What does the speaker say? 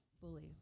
Bully